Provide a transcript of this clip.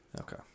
Okay